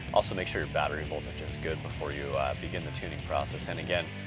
also, make sure your battery voltage is good before you begin the tuning process. and again,